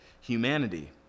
humanity